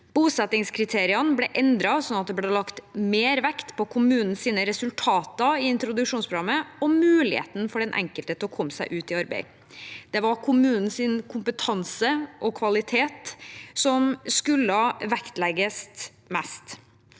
Bosettingskriteriene ble endret sånn at det ble lagt mer vekt på kommunens resultater i introduksjonsprogrammet og muligheten for den enkelte til å komme seg ut i arbeid. Det var kommunens kompetanse og kvalitet som skulle vektlegges mest.